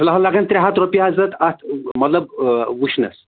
فلحال لَگن ترٛےٚ ہَتھ رۄپیہِ حضرت اَتھ مطلب وٕچھنَس